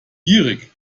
gierig